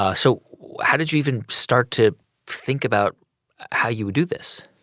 ah so how did you even start to think about how you would do this?